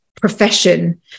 profession